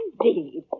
indeed